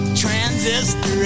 transistor